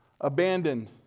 abandoned